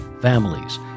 families